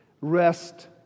rest